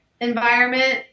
environment